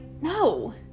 no